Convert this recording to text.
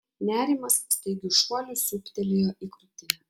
nerimas staigiu šuoliu siūbtelėjo į krūtinę